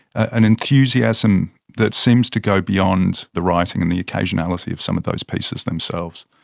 an enthusiasm that seems to go beyond the writing and the occasionality of some of those pieces themselves.